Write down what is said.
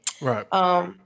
Right